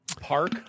park